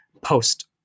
post